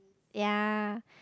ya